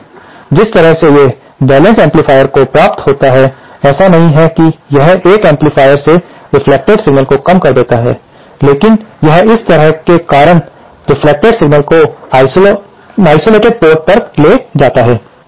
जिस तरह से ये संतुलित एम्पलीफायर को प्राप्त होता है ऐसा नहीं है कि यह एक एम्पलीफायर से रेफ्लेक्टेड सिग्नल को कम कर देता है लेकिन यह इस तरह के कारण रेफ्लेक्टेड सिग्नल को आइसोलेटेड पोर्ट पर ले जाता है